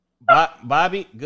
Bobby